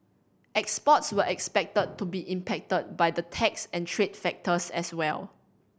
exports were expected to be impacted by the tax and trade factors as well